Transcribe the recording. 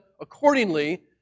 accordingly